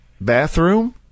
bathroom